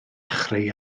chreu